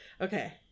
Okay